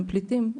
הם פליטים,